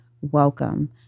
welcome